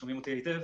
שומעים אותי היטב?